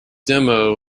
demo